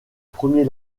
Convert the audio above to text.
premier